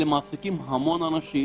הם מעסיקים המון אנשים.